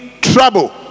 trouble